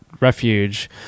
Refuge